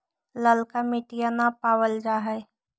ललका मिटीया न पाबल जा है?